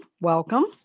Welcome